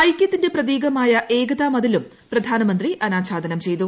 ഐകൃത്തിന്റെ പ്രതീകമായ ഏകതാ മതിലും പ്രധാമന്ത്രി അനാച്ചാദനം ചെയ്തു